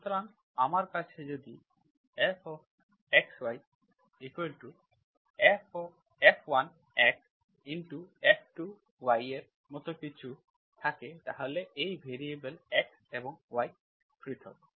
সুতরাং আমার কাছে যদি fxyf1xf2y এর মতো কিছু থাকে তাহলে এই ভ্যারিয়েবলগুলি x এবং y পৃথক